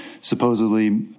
supposedly